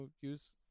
use